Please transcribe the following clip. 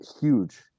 huge